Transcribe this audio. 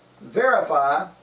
verify